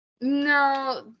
No